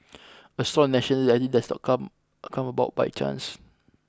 a strong national identity does not come come about by chance